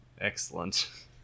Excellent